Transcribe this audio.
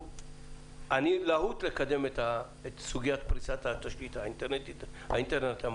אני לא להוט לקדם את סוגיית פריסת התשתית האינטרנט המהיר,